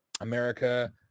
America